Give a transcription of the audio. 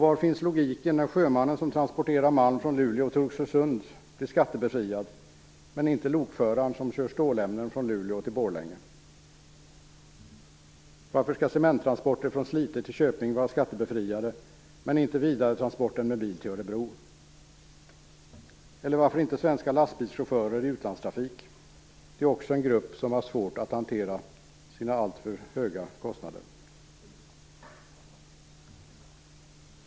Var finns logiken när sjömannen som transporterar malm från Luleå till Oxelösund blir skattebefriad men inte lokföraren som kör stålämnen från Luleå till Borlänge? Varför skall cementtransporter från Slite till Köping vara skattebefriade, men inte vidaretransporten med bil till Örebro? Eller varför inte svenska lastbilschaufförer i utlandstrafik? Det är också en grupp som har svårt att hantera sina alltför höga lönekostnader.